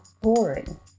boring